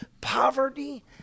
Poverty